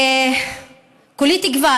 וכולי תקווה,